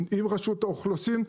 עם רשות האוכלוסין,